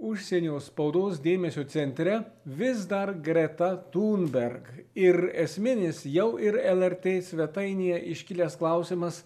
užsienio spaudos dėmesio centre vis dar greta tunberg ir esminis jau ir lrt svetainėje iškilęs klausimas